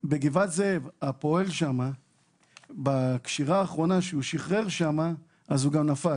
בקשירה האחרונה שהפועל בגבעת זאב שחרר הוא נפל.